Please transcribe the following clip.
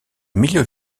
milieu